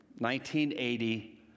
1980